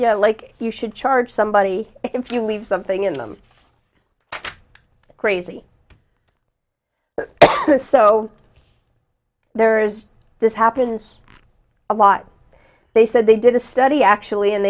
like you should charge somebody if you leave something in them crazy so there is this happens a lot they said they did a study actually and